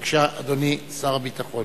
בבקשה, אדוני שר הביטחון.